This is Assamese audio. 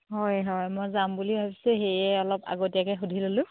হয় হয় মই যাম বুলি ভাবিছোঁ সেয়ে অলপ আগতীয়াকৈ সুধি ল'লোঁ